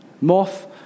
Moth